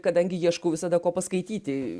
kadangi ieškau visada ko paskaityti